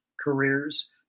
careers